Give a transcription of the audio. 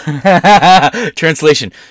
Translation